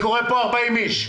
אני קורא פה 40 איש.